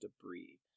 debris